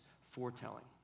foretelling